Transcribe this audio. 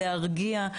להרגיע,